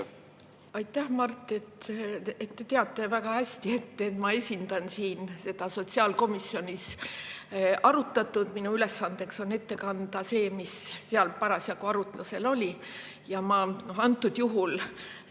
Aitäh, Mart! Te teate väga hästi, et ma esitlen siin sotsiaalkomisjonis arutatut. Minu ülesanne on ette kanda see, mis seal parasjagu arutlusel oli. Ma antud juhul